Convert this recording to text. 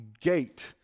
gate